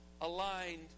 aligned